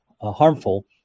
harmful